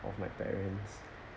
off my parents